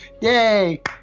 yay